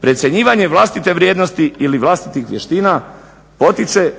precjenjivanje vlastite vrijednosti ili vlastitih vještina potiče